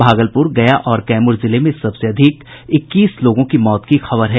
भागलपुर गया और कैमूर जिलों में सबसे अधिक इक्कीस लोगों की मौत जाने की खबर है